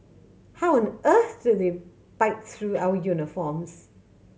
how on earth do they bite through our uniforms